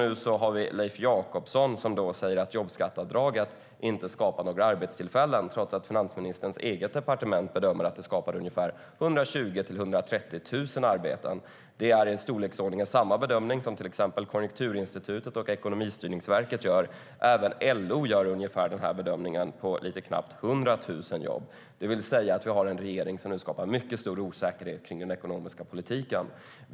Nu har vi Leif Jakobsson som säger att jobbskatteavdraget inte skapar några arbetstillfällen, trots att finansministerns eget departement bedömer att det skapar ungefär 120 000-130 000 arbeten. Det är i storleksordningen samma bedömning som till exempel Konjunkturinstitutet och Ekonomistyrningsverket gör. Även LO gör ungefär den här bedömningen på lite knappt 100 000 jobb. Vi har alltså en regering som nu skapar mycket större osäkerhet kring den ekonomiska politiken.